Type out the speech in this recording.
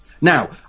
Now